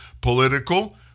political